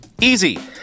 Easy